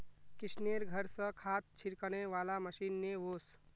किशनेर घर स खाद छिड़कने वाला मशीन ने वोस